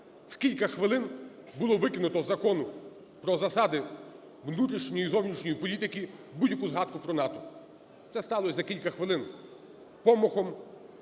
в кілька хвилин було викинуто з Закону "Про засади внутрішньої і зовнішньої політики" будь-яку згадку про НАТО. Це сталось за кілька хвилин помахом